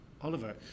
Oliver